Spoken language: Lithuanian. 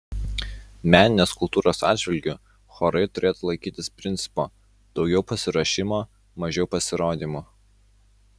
meninės kultūros atžvilgiu chorai turėtų laikytis principo daugiau pasiruošimo mažiau pasirodymų